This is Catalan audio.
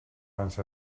ens